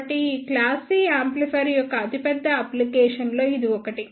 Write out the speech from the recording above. కాబట్టి ఈ class C amplifier యొక్క అతిపెద్ద అప్లికేషన్స్ లో ఇది ఒకటి